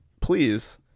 please